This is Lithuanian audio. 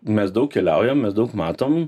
mes daug keliaujam mes daug matom